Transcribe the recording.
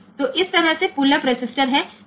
તેથી તે રીતે પુલઅપ રેઝિસ્ટન્સ ત્યાં છે